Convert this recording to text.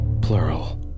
Plural